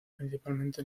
principalmente